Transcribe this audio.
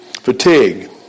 fatigue